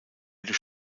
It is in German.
beide